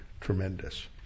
tremendous